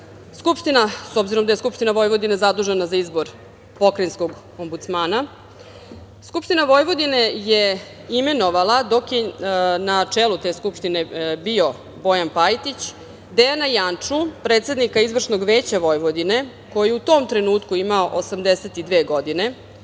Vojvodine. S obzirom da je Skupština Vojvodine zadužena za izbor pokrajinskog Ombudsmana, Skupština Vojvodine je imenovala, dok je na čelu te skupštine bio Bojan Pajtić, Dejana Janču, predsednika Izvršnog veća Vojvodine, koji je u tom trenutku imao 82 godine,